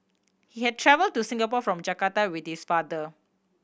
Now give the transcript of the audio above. he had travel to Singapore from Jakarta with his father